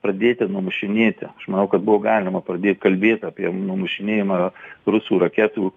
pradėti numušinėti aš manau kad buvo galima pradėt kalbėt apie numušinėjimą rusų raketų